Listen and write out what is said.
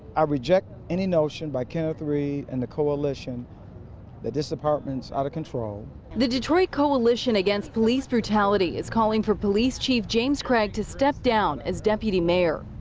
i reject any notion by kenneth reed and the coalition that this department is out of control. priya the detroit coalition against police brutality is calling for police chief james craig to step down as deputy mayor.